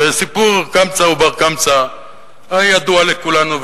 וסיפור קמצא ובר-קמצא הרי ידוע לכולנו,